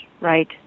right